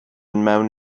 mewn